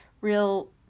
real